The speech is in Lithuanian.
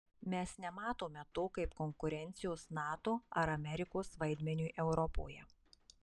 mes nematome to kaip konkurencijos nato ar amerikos vaidmeniui europoje